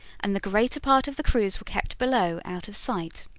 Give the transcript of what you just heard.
and the greater part of the crews was kept below, out of sight.